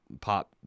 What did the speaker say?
pop